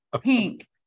pink